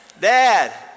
dad